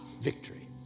Victory